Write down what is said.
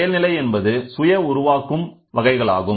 செயல்நிலை என்பது சுய உருவாக்கும் வகைகளாகும்